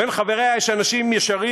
בין חבריה יש אנשים ישרים,